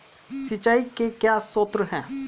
सिंचाई के क्या स्रोत हैं?